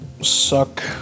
suck